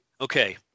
Okay